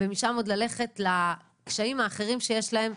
ומשם עוד ללכת לקשיים האחרים שיש להם,